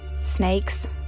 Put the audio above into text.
Snakes